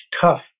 tough